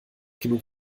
genug